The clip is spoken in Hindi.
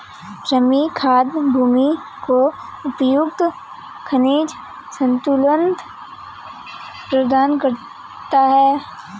कृमि खाद भूमि को उपयुक्त खनिज संतुलन प्रदान करता है